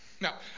Now